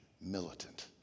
militant